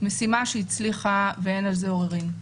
משימה שהצליחה ואין על זה עוררין.